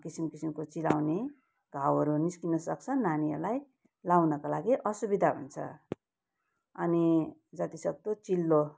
किसिम किसिमको चिलाउने घाउहरू निस्किनु सक्छ नानीहरूलाई लाउनका लागि असुविधा हुन्छ अनि जतिसक्दो चिल्लो